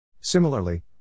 Similarly